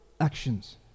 actions